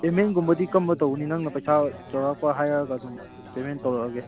ꯄꯦꯃꯦꯟꯒꯨꯝꯕꯗꯤ ꯀꯔꯝꯕ ꯇꯧꯒꯅꯤ ꯅꯪꯅ ꯄꯩꯁꯥ ꯆꯥꯎꯔꯥꯛꯄ ꯍꯥꯏꯔꯛꯂꯒ ꯑꯗꯨꯝ ꯄꯦꯃꯦꯟ ꯇꯧꯔꯛꯂꯒꯦ